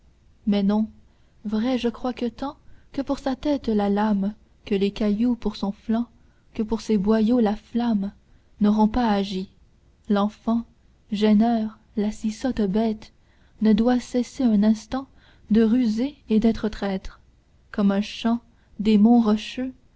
mais non vrai je crois que tant que pour sa tête la lame que les cailloux pour son flanc que pour ses boyaux la flamme n'auront pas agi l'enfant gêneur la si sotte bête ne doit cesser un instant de ruser et d'être traître comme un chat